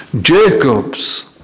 Jacob's